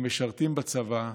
הם משרתים בצבא,